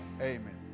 Amen